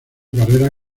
carrera